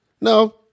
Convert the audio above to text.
no